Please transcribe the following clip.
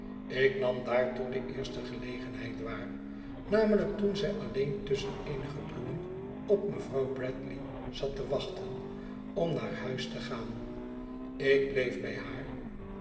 ik nam daartoe de eerste gelegenheid waar namelijk toen zij alleen tusschen eenige bloemen op mevrouw brandley zat te wachten om naar huis te gaan ik bleef bij haar